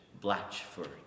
Blatchford